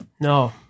No